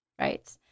right